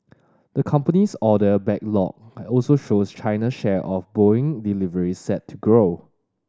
the company's order backlog also shows China's share of Boeing deliveries set to grow